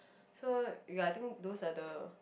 so ya I think those are the